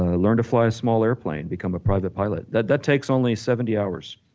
ah learn to fly a small airplane, become a private pilot. that that takes only seventy hours,